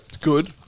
Good